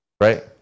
right